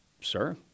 sir